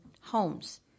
homes